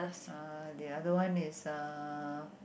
ah the other one is ah